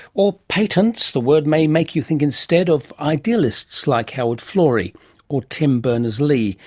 or patents, the word may make you think instead of idealists like howard florey or tim berners-lee,